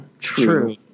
True